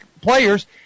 players